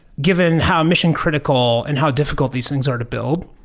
given how mission-critical and how difficult these things are to build.